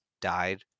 died